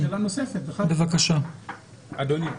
אדוני,